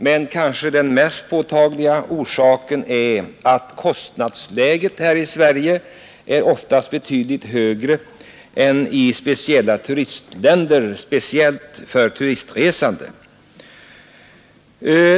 Men den mest påtagliga orsaken är kanhända att kostnadsläget här i Sverige oftast är betydligt högre än i speciella turistländer, särskilt för turistresande.